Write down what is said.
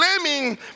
claiming